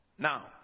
Now